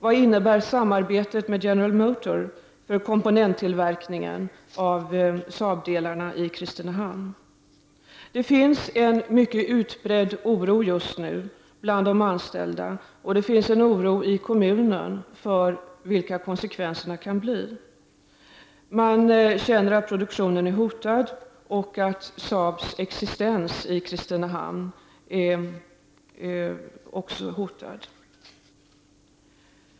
Vad innebär samarbetet med General Motor för komponenttillverkningen vid Saab i Kristinehamn? Det finns en mycket utbredd oro bland de anställda, och det finns en oro i kommunen för vilka konsekvenserna kan bli. Man känner att produktionen är hotad och därmed att Saabs existens i Kristinehamn också är hotad.